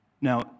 Now